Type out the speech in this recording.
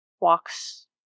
walks